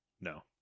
No